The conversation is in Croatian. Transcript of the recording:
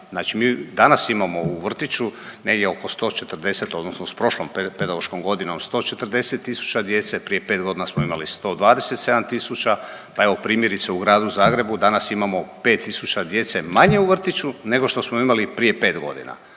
Znači mi danas imamo u vrtiću negdje oko 140, odnosno s prošlom pedagoškom godinom 140 tisuća djece, prije 5 godina smo imali 127 tisuća. Pa evo primjerice u Gradu Zagrebu danas imamo 5 tisuća djece manje u vrtiću nego što smo imali prije 5 godina.